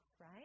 right